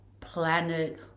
planet